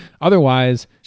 Otherwise